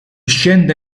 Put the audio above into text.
scende